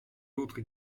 autres